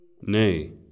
Nay